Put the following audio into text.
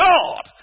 God